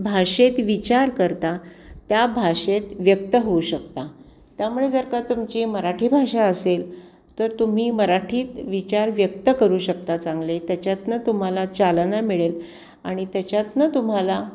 भाषेत विचार करता त्या भाषेत व्यक्त होऊ शकता त्यामुळे जर का तुमची मराठी भाषा असेल तर तुम्ही मराठीत विचार व्यक्त करू शकता चांगले त्याच्यातून तुम्हाला चालना मिळेल आणि त्याच्यातून तुम्हाला